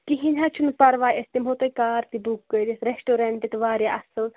کہینۍ حظ چھُنہٕ پرواے أسۍ دِمہو تۄہہ کار تہِ بُک کٔرِتھ ریٚسٹورنٹ تہِ واریاہ اصل